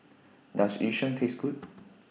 Does Yu Sheng Taste Good